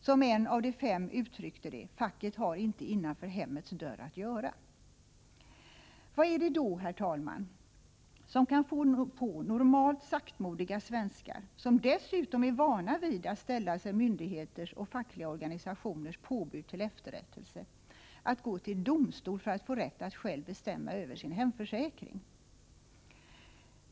Som en av de fem uttryckte det: ”Facket har inte innanför hemmets dörr att göra.” Vad är det då, herr talman, som kan få normalt saktmodiga svenskar, som dessutom är vana vid att ställa sig myndigheters och fackliga organisationers påbud till efterrättelse, att gå till domstol för att få rätt att själva bestämma över sin hemförsäkring?